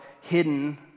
hidden